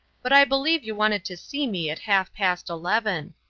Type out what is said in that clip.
but i believe you wanted to see me at half past eleven.